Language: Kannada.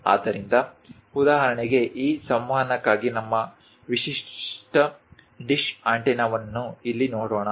ಆದ್ದರಿಂದ ಉದಾಹರಣೆಗೆ ಈ ಸಂವಹನಕ್ಕಾಗಿ ನಮ್ಮ ವಿಶಿಷ್ಟ ಡಿಶ್ ಆಂಟೆನಾವನ್ನು ಇಲ್ಲಿ ನೋಡೋಣ